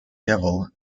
devil